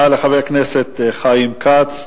תודה לחבר הכנסת חיים כץ.